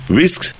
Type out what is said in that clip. Whisk